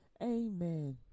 amen